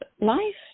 life